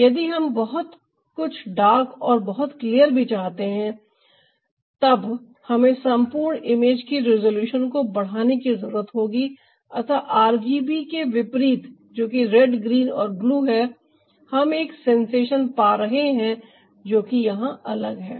यदि हम कुछ बहुत डार्क और बहुत क्लियर भी चाहते हैं तब हमें संपूर्ण इमेज की रिजॉल्यूशन को बढ़ाने की जरूरत होगी अतः आरजीबी के विपरीत जो कि रेड ग्रीन और ब्लू है हम एक सेंसेशन पा रहे हैं जो कि यहां अलग है